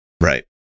right